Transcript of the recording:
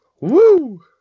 woo